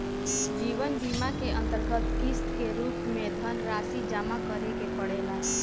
जीवन बीमा के अंतरगत किस्त के रूप में धनरासि जमा करे के पड़ेला